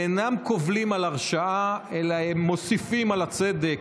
הם אינם קובלים על הרִשְעה אלא הם מוסיפים הצדק.